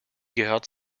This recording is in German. gehört